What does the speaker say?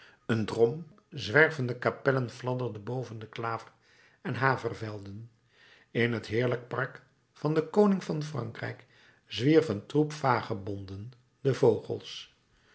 een drom zwervende kapellen fladderde boven de klaver en havervelden in het heerlijk park van den koning van frankrijk zwierf een troep vagebonden de vogels